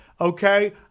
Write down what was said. okay